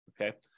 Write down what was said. okay